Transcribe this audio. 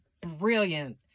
brilliant